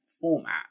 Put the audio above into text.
format